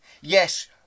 Yes